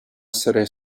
essere